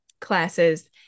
Classes